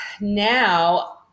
Now